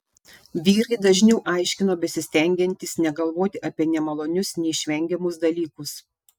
vyrai dažniau aiškino besistengiantys negalvoti apie nemalonius neišvengiamus dalykus